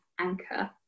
anchor